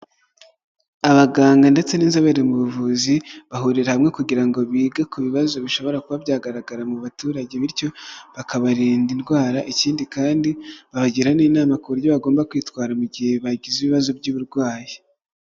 Abaganga ndetse n'inzobere mu buvuzi bahurira hamwe kugira ngo bige ku bibazo bishobora kuba byagaragara mu baturage, bityo bakabarinda indwara, ikindi kandi babagira n'inama ku buryo bagomba kwitwara mu gihe bagize ibibazo by'uburwayi.